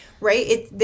right